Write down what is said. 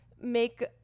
make